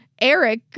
Eric